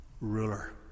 ruler